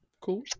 Cool